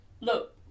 look